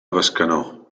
bescanó